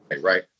right